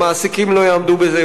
המעסיקים לא יעמדו בזה.